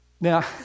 Now